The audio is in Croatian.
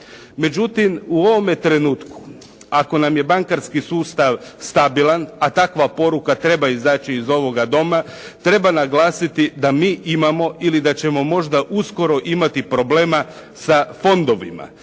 Međutim, u ovome trenutku ako nam je bankarski sustav stabilan, a takva poruka treba izaći iz ovoga Doma, treba naglasiti da mi imamo ili da ćemo možda uskoro imati problema sa fondovima.